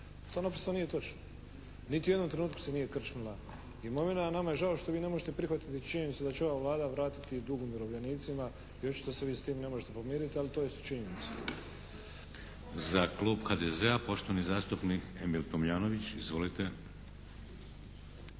To naprosto nije točno. Niti u jednom trenutku se nije …/Govornik se ne razumijem./… imovina a nama je žao što vi ne možete prihvatiti činjenicu da će ova Vlada vratiti dug umirovljenicima i očito se vi s time ne možete pomiriti ali to su činjenice. **Šeks, Vladimir (HDZ)** Za Klub HDZ-a poštovani zastupnik Emil Tomljanović. Izvolite!